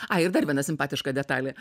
ai ir dar viena simpatiška detalė